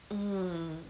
mm